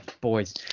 boys